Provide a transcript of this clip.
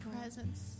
presence